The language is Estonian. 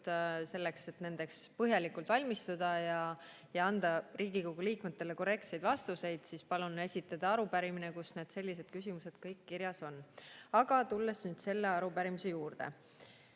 selleks, et nendeks põhjalikult valmistuda ja saaks anda Riigikogu liikmetele korrektseid vastuseid, palun esitada selline arupärimine, kus need küsimused kõik kirjas on. Aga tulen nüüd selle arupärimise juurde.